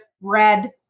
Red